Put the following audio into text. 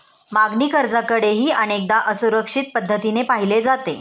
मागणी कर्जाकडेही अनेकदा असुरक्षित पद्धतीने पाहिले जाते